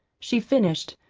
she finished,